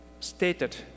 Stated